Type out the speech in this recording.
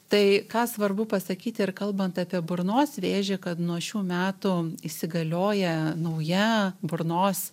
tai ką svarbu pasakyti ir kalbant apie burnos vėžį kad nuo šių metų įsigalioja nauja burnos